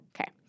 Okay